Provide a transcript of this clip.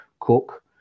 Cook